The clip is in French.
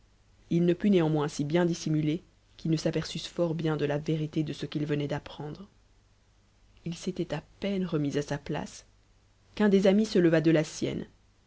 il ne put néanmoins si bien dissimuier qu'ils ne s'aperçussent fort bien de la vérité de ce qu'ils venaient t'apprendre h s'était à peine remis a sa place qu'un des amis se leva de la sienne